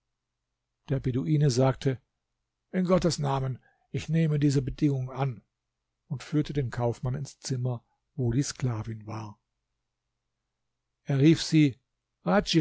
der beduine sagte in gottes namen ich nehme diese bedingung an und führte den kaufmann ins zimmer wo die sklavin war er rief sie